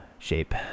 shape